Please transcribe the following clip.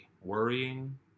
worrying